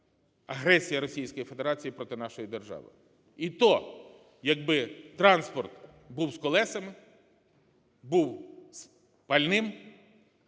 Федерації проти нашої держави. І то, якби транспорт був з колесами, був з пальним,